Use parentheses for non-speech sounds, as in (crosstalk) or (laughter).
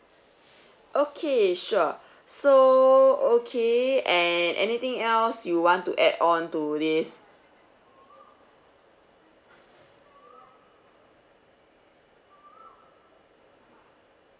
okay sure (breath) so okay and anything else you want to add on to this